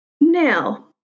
Now